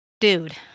dude